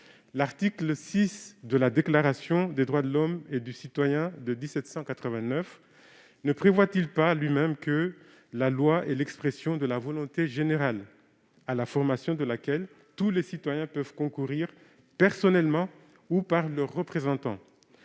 L'article VI de la Déclaration des droits de l'homme et du citoyen de 1789 ne dispose-t-il pas lui-même que « la loi est l'expression de la volonté générale », et que « tous les citoyens ont droit de concourir personnellement, ou par leurs représentants,